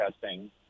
testing